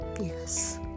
Yes